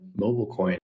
MobileCoin